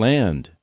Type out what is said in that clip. Land